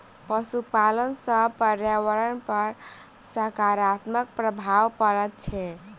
पशुपालन सॅ पर्यावरण पर साकारात्मक प्रभाव पड़ैत छै